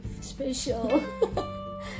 Special